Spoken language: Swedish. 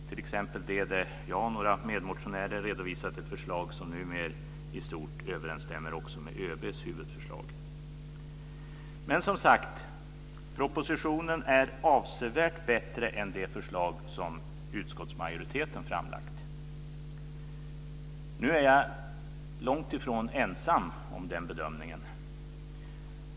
Jag och några medmotionärer har t.ex. redovisat ett förslag som numera i stort överensstämmer med ÖB:s huvudförslag. Men, som sagt, propositionen är avsevärt bättre än det förslag som utskottsmajoriteten har framlagt. Jag är långt ifrån ensam om att göra den bedömningen.